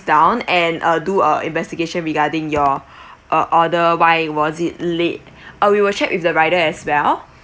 down and uh do a investigation regarding your err order why was it late uh we will check with the rider as well